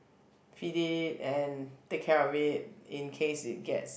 feed it and take care of it in case it gets